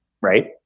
right